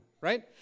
Right